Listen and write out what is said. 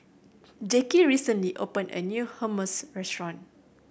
Jackie recently opened a new Hummus Restaurant